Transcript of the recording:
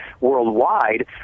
worldwide